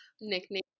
nickname